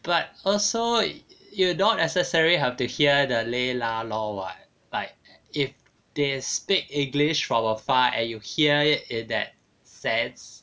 but also you don't necessarily have to hear the leh lah lor [what] like if they speak english from afar you hear it in that sense